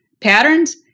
patterns